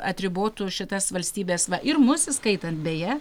atribotų šitas valstybes va ir mus įskaitant beje